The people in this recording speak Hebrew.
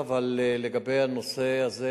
אבל לגבי הנושא הזה,